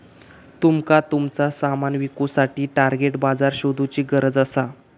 तुमका तुमचा सामान विकुसाठी टार्गेट बाजार शोधुची गरज असा